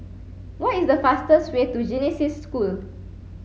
what is the fastest way to Genesis School